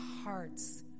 hearts